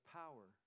power